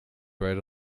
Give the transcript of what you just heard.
bread